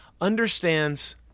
understands